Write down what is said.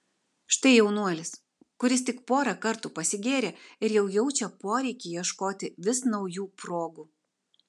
štai jaunuolis kuris tik porą kartų pasigėrė ir jau jaučia poreikį ieškoti vis naujų progų